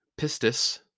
pistis